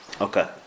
Okay